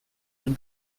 dem